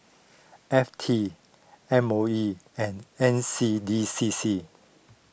F T M O E and N C D C C